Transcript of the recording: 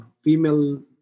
female